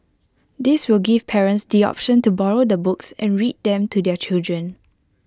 this will give parents the option to borrow the books and read them to their children